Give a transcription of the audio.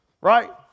right